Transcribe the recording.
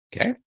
Okay